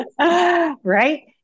Right